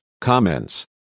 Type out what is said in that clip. comments